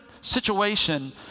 situation